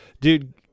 Dude